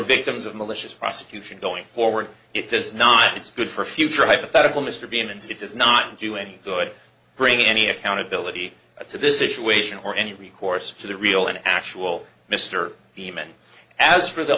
victims of malicious prosecution going forward it does not it's good for future hypothetical mr bean and it does not do any good bringing any accountability to this situation or any recourse to the real an actual mr beeman as for the